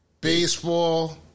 baseball